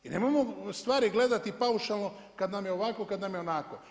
I nemojmo stvari gledati paušalno, kad nam je ovako, kad nam je onako.